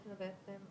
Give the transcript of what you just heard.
זו הערה במקום.